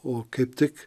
o kaip tik